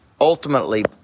ultimately